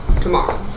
tomorrow